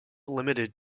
limited